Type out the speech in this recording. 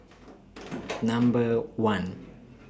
Number one